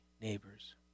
neighbors